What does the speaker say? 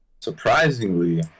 Surprisingly